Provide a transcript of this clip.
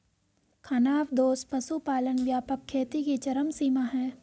खानाबदोश पशुपालन व्यापक खेती की चरम सीमा है